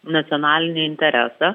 nacionalinį interesą